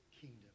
kingdom